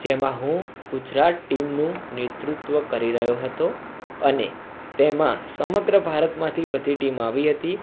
જેમાં હું ગુજરાત ટીમનું નેતૃત્વ કરી રહ્યો હતો અને તેમાં સમગ્ર ભારતમાંથી બધી ટીમ આવી હતી